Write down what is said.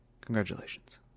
Congratulations